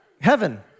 Heaven